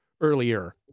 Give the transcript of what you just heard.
earlier